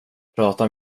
prata